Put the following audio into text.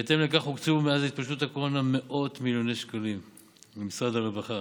בהתאם לכך הוקצו מאז התפשטות הקורונה מאות מיליוני שקלים למשרד הרווחה